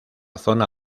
zona